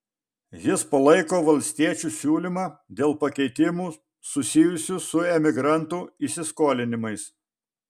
jis palaiko valstiečių siūlymą dėl pakeitimų susijusių su emigrantų įsiskolinimais